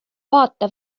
vaata